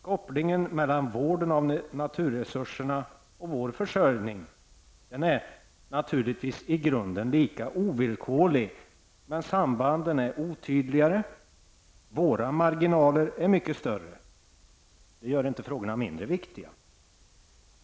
Kopplingen mellan vården av naturresurserna och vår försörjning är i grunden lika ovillkorlig, men sambanden är otydligare och våra marginaler mycket större. Det gör dock inte frågorna mindre viktiga.